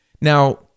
Now